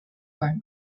farm